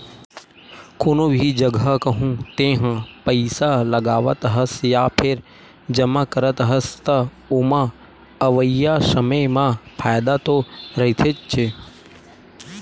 कोनो भी जघा कहूँ तेहा पइसा लगावत हस या फेर जमा करत हस, त ओमा अवइया समे म फायदा तो रहिथेच्चे